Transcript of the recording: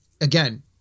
again